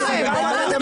וההנמקות.